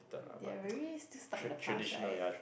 they are very still stuck in the past right